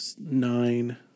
nine